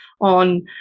on